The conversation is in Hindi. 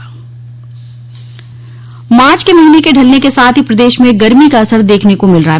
मौसम मार्च के महीने के ढ़लने के साथ ही प्रदेश में गर्मी का असर देखने को मिल रहा है